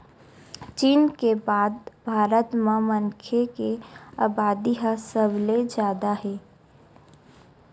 चीन के बाद भारत म मनखे के अबादी ह सबले जादा हे